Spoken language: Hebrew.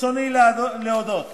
ברצוני להודות